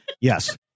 Yes